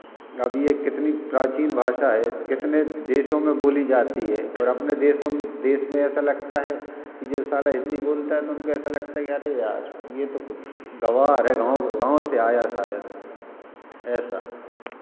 अब ये कितनी प्राचीन भाषा है कितने देशों में बोली जाती है और अपने देशों में देश में ऐसा लगता है कि जो साला हिन्दी बोलता है तो उनको ऐसा लगता है कि अरे यार ये तो कुछ गंवार है गाँव के गाँव से आया है शायद ऐसा